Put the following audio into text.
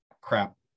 crap